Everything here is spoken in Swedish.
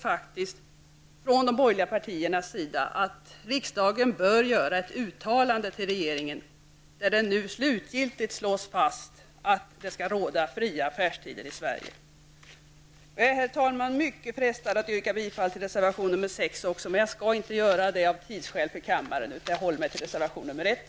Men vi i de borgerliga partierna tycker faktiskt att riksdagen bör göra ett uttalande till regeringen, så att det slutgiltigt slås fast att vi skall ha fria affärstider i Sverige. Herr talman! Jag är mycket frestad att yrka bifall till reservation nr 6. Men av hänsyn till kammarens tidsschema skall jag inte göra det, utan jag nöjer mig med att yrka bifall till reservation nr 1.